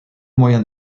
moyen